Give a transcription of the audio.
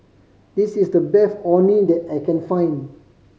this is the best Orh Nee that I can find